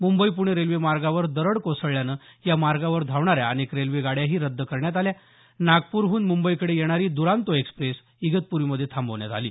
Mumbai Pune railway मार्गावर दरड कोसळल्यामुळे या मार्गावर धावणाऱ्या अनेक रेल्वे गाड्याही रद्द करण्यात आल्या नागपूरहून मुंबईकडे येणारी द्रांतो एक्सप्रेस इगतपूरीमध्ये थांबवण्यात आली